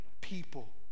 people